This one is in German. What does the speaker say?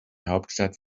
hauptstadt